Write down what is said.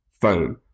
phone